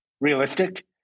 realistic